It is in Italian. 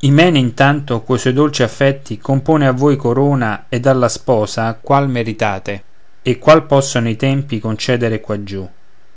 imene intanto co suoi dolci affetti compone a voi corona ed alla sposa qual meritate e qual possono i tempi concedere quaggiù